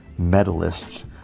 medalists